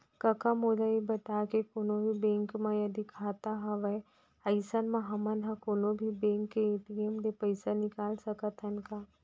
कका मोला ये बता के कोनों भी बेंक म यदि खाता हवय अइसन म हमन ह कोनों भी बेंक के ए.टी.एम ले पइसा निकाल सकत हन का?